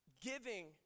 giving